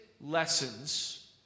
lessons